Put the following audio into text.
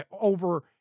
over